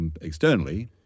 externally